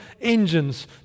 engines